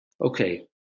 okay